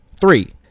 Three